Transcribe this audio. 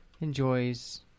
Enjoys